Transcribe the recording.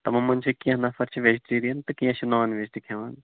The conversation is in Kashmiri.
تِمَن منٛز چھِ کینٛہہ نفر چھِ ویجٹیرین تہٕ کینٛہہ چھِ نان ویج تہِ کھٮ۪وان